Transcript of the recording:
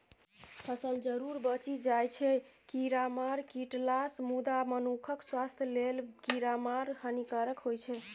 फसल जरुर बचि जाइ छै कीरामार छीटलासँ मुदा मनुखक स्वास्थ्य लेल कीरामार हानिकारक होइ छै